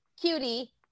Cutie